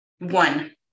One